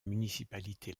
municipalité